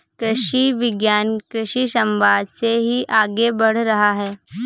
कृषि विज्ञान कृषि समवाद से ही आगे बढ़ रहा है